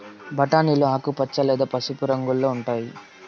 బఠానీలు ఆకుపచ్చ లేదా పసుపు రంగులో ఉంటాయి